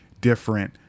different